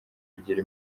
kugira